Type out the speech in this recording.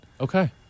Okay